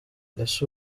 ese